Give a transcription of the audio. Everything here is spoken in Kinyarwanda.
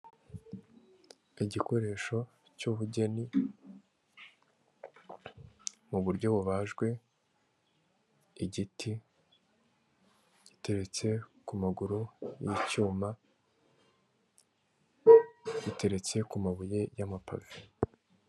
Igikoresho cy'ubugeni mu buryo bubajwe igiti giteretse ku maguru y'icyuma giteretse ku mabuye y'amapave.